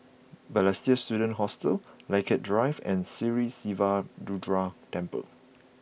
Balestier Student Hostel Lilac Drive and Sri Siva Durga Temple